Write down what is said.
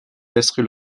laisserait